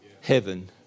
heaven